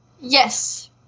Yes